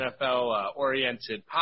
NFL-oriented